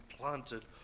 planted